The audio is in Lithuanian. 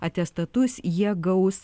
atestatus jie gaus